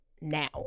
now